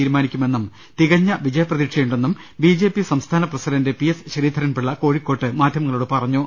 തീരുമാനിക്കുമെന്നും തികഞ്ഞ വിജയപ്രതീക്ഷയുണ്ടെന്നും B J P സംസ്ഥാന പ്രസിഡന്റ് പി എസ് ശ്രീധരൻപിള്ള കോഴിക്കോട്ട് മാധ്യമങ്ങളോട് പറഞ്ഞു